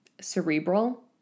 cerebral